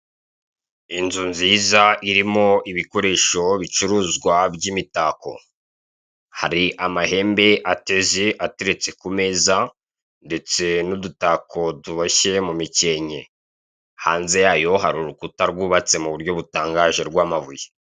Inzu nziza irimo ibikoresho bicuruzwa by'imitako. Hari amahembe ateze ateretse ku meza ndetse n'udutako tuboshye mu mikenke. Hanze yayo hari urukuta rwubatse mu buryo butangaje rw'amabuye.